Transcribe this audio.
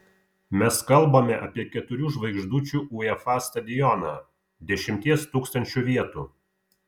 mes kalbame apie keturių žvaigždučių uefa stadioną dešimties tūkstančių vietų